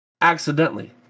accidentally